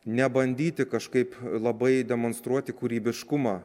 nebandyti kažkaip labai demonstruoti kūrybiškumą